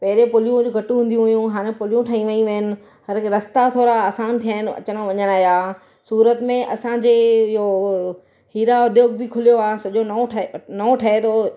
पहिरें पुलियूं वुलियूं घटि हूंदी हुयूं हाणे पुलियूं ठई वेयूं आहिनि हरेक रस्ता थोरा आसानु थिया आहिनि अचणु वञण जा सूरत में असांजे इयो उव हीरा उद्दयोग बि खुलियो आहे सॼो नओं ठहे पियो नओं ठहे थो